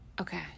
Okay